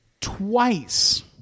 twice